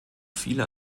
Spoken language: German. viele